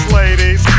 ladies